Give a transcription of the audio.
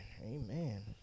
amen